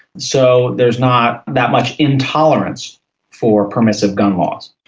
so there's not that much intolerance for permissive gun laws.